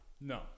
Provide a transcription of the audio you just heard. No